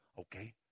Okay